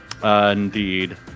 Indeed